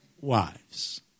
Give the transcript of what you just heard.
wives